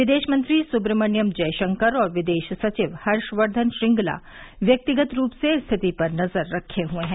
विदेशमंत्री सुब्रमण्यम जयशंकर और विदेश सचिव हर्षवर्धन श्रंगला व्यक्तिगत रूप से स्थिति पर नज़र रखे हुए हैं